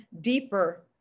deeper